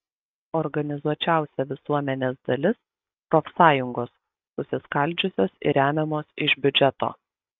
organizuočiausia visuomenės dalis profsąjungos susiskaldžiusios ir remiamos iš biudžeto